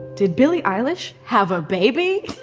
did billie eilish have a baby?